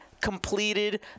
completed